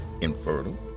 infertile